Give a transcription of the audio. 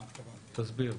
תסביר.